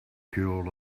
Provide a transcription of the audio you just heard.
killed